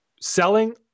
selling